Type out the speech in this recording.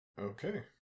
Okay